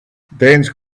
dense